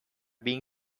being